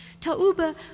Tauba